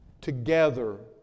together